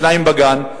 שניים בגן,